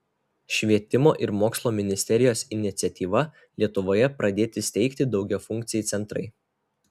švietimo ir mokslo ministerijos iniciatyva lietuvoje pradėti steigti daugiafunkciai centrai